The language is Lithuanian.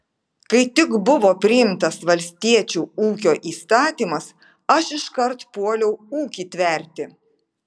kai tik buvo priimtas valstiečių ūkio įstatymas aš iškart puoliau ūkį tverti